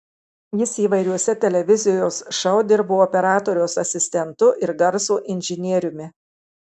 jis įvairiuose televizijos šou dirbo operatoriaus asistentu ir garso inžinieriumi